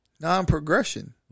non-progression